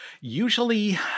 Usually